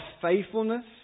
faithfulness